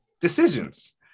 decisions